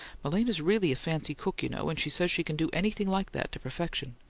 malena's really a fancy cook, you know, and she says she can do anything like that to perfection.